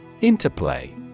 Interplay